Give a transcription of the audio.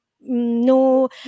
no